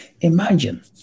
Imagine